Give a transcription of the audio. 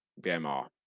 BMR